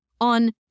on